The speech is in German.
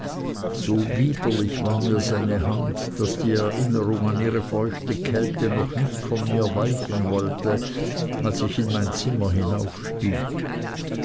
so widerlich war mir seine hand daß die erinnerung an ihre feuchte kälte noch nicht von mir weichen wollte als ich in mein zimmer